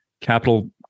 capital